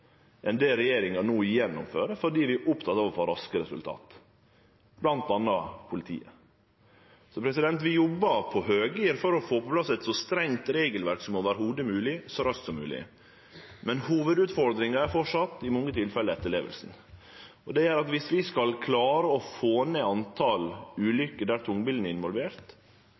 enn det regjeringa no gjennomfører fordi vi er opptekne av å få raske resultat. Vi jobbar på høggir for å få på plass eit så strengt regelverk som i det heile mogleg så raskt som mogleg, men hovudutfordringa er framleis i mange tilfelle etterlevinga. Det gjer at dersom vi skal klare å få ned talet på ulykker der tungbilen er involvert,